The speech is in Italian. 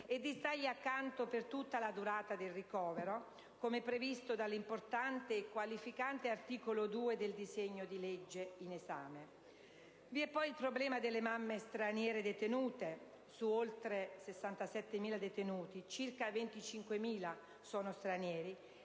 e di stargli accanto per tutta la durata del ricovero, come previsto dall'importante e qualificante articolo 2 del disegno di legge in esame. Vi è poi il problema delle mamme straniere detenute (su oltre 67.000 detenuti circa 25.000 sono stranieri),